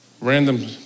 Random